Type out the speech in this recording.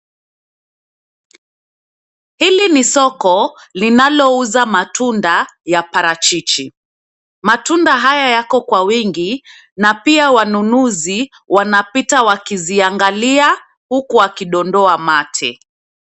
Hili ni soko linalouza matunda ya parachichi. Matunda haya yako kwa wingi na pia wanunuzi wanapita wakiziangalia huku wakidondoa mate.